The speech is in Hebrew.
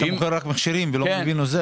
אתה מוכר רק מכשירים ולא מביא נוזל?